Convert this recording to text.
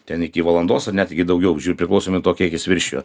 ten iki valandos ar netgi daugiau žiū priklauso nuo to kiek jis viršijo